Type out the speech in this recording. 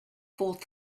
fourth